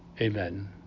Amen